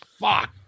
fuck